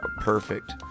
perfect